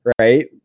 right